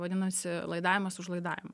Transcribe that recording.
vadinasi laidavimas už laidavimą